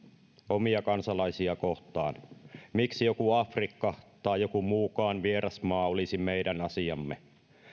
omia kansalaisia kohtaan miksi joku afrikka tai joku muukaan vieras maa olisi meidän asiamme